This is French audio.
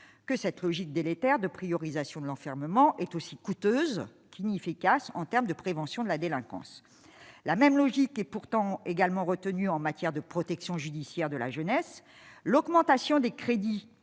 que cette logique délétère de priorisation de l'enfermement est aussi coûteuse qu'inefficace en termes de prévention de la délinquance, la même logique et pourtant également retenu en matière de protection judiciaire de la jeunesse, l'augmentation des crédits